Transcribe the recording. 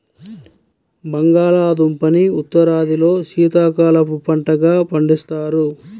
బంగాళాదుంపని ఉత్తరాదిలో శీతాకాలపు పంటగా పండిస్తారు